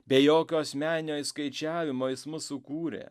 be jokio asmeninio išskaičiavimo jis mus sukūrė